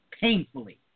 painfully